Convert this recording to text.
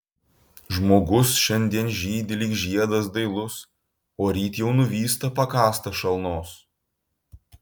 žmogus šiandien žydi lyg žiedas dailus o ryt jau nuvysta pakąstas šalnos